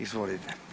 Izvolite.